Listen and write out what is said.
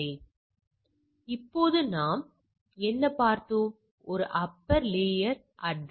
எனவே இப்போது நாம் என்ன பார்த்தோம் ஒரு அப்பர் லேயர் அட்ரஸ்